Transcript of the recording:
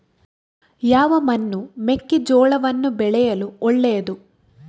ಯಾವ ಮಣ್ಣು ಮೆಕ್ಕೆಜೋಳವನ್ನು ಬೆಳೆಯಲು ಒಳ್ಳೆಯದು?